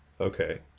Okay